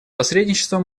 посредничество